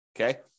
Okay